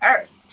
earth